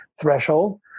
threshold